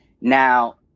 Now